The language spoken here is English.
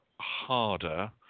harder